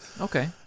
okay